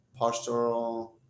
Postural